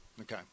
okay